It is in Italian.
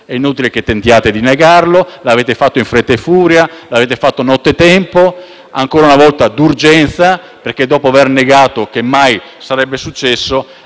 è inutile che tentiate di negarlo, l'avete fatto in fretta e furia, nottetempo e, ancora una volta, d'urgenza, perché, dopo aver negato che mai sarebbe successo,